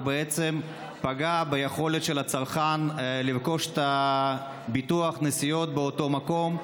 ובעצם פגע ביכולת של הצרכן לרכוש את ביטוח הנסיעות באותו מקום.